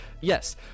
Yes